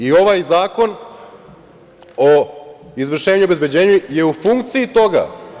I ovaj Zakon o izvršenju i obezbeđenju je u funkciji toga.